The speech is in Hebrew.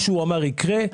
מה שהוא אמר, יקרה.